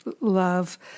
love